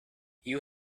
you